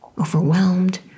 overwhelmed